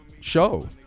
show